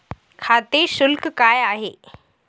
खाते शुल्क काय आहे?